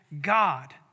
God